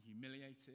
humiliated